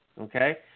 Okay